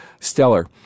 stellar